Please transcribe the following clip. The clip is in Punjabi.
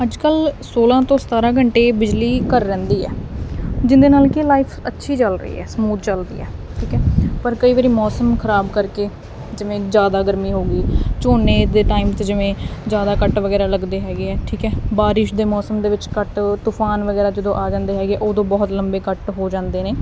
ਅੱਜ ਕੱਲ ਸੌਲਾਂ ਤੋਂ ਸਤਾਰਾਂ ਘੰਟੇ ਬਿਜਲੀ ਘਰ ਰਹਿੰਦੀ ਆ ਜਿਹਦੇ ਨਾਲ ਕਿ ਲਾਈਫ ਅੱਛੀ ਚਲਦੀ ਐ ਸਮੂਥ ਚੱਲ ਰਹੀ ਐ ਠੀਕ ਐ ਪਰ ਕਈ ਵਾਰੀ ਮੌਸਮ ਖਰਾਬ ਕਰਕੇ ਜਿਵੇਂ ਜਿਆਦਾ ਗਰਮੀ ਹੋਗੀ ਝੋਨੇ ਦੇ ਟਾਈਮ ਚ ਜਿਵੇਂ ਜਿਆਦਾ ਕੱਟ ਵਗੈਰਾ ਲੱਗਦੇ ਹੈਗੇ ਆ ਠੀਕ ਐ ਬਾਰਿਸ਼ ਦੇ ਮੌਸਮ ਦੇ ਵਿੱਚ ਘੱਟ ਤੂਫਾਨ ਵਗੈਰਾ ਜਦੋਂ ਆ ਜਾਂਦੇ ਹੈਗੇ ਉਦੋਂ ਬਹੁਤ ਲੰਬੇ ਕੱਟ ਹੋ ਜਾਂਦੇ ਨੇ